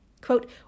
Quote